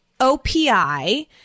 opi